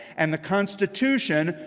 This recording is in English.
and the constitution,